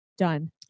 done